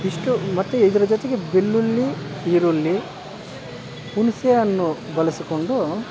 ಇಷ್ಟು ಮತ್ತು ಇದರ ಜೊತೆಗೆ ಬೆಳ್ಳುಲ್ಲಿ ಈರುಳ್ಳಿ ಹುಣಸೆ ಹಣ್ಣು ಬಳಸಿಕೊಂಡು